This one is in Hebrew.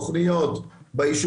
לדון בהתנגדויות.